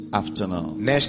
afternoon